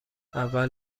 اول